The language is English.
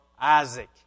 Isaac